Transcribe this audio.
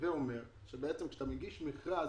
הווה אומר שכשאתה מגיש מכרז